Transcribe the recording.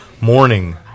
morning